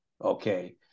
Okay